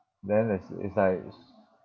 then it's it's like